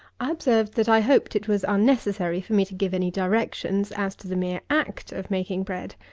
i observed that i hoped it was unnecessary for me to give any directions as to the mere act of making bread.